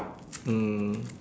mm